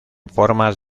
formas